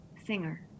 singer